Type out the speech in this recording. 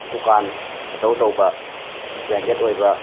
ꯗꯨꯀꯥꯟ ꯑꯆꯧ ꯑꯆꯧꯕ ꯕ꯭ꯔꯦꯟꯗꯦꯗ ꯑꯣꯏꯕ